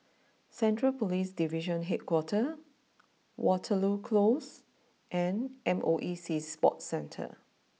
Central police Division HQ Waterloo close and MOE Sea Sports Centre